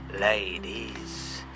Ladies